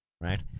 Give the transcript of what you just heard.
Right